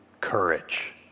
courage